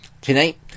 Tonight